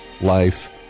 life